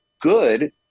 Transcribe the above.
good